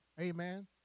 amen